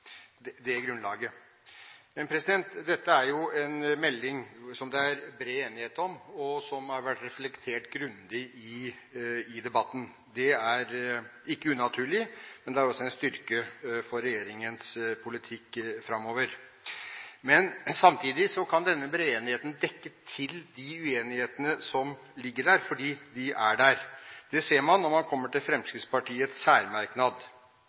det grunnlaget. Dette er jo en melding som det er bred enighet om. Den har vært grundig reflektert over i debatten. Det er ikke unaturlig. Det er også en styrke for regjeringens politikk framover. Samtidig kan denne brede enigheten dekke til de uenighetene som ligger der, for de er der. Det ser man når man kommer til Fremskrittspartiets særmerknad.